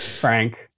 Frank